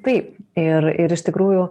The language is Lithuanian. taip ir ir iš tikrųjų